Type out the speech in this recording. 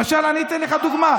למשל, אני אתן לך דוגמה.